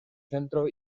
centro